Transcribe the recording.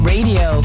Radio